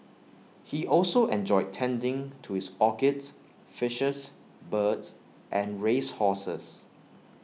he also enjoyed tending to his orchids fishes birds and race horses